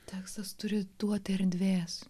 tekstas turi duoti erdvės